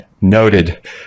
Noted